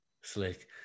Slick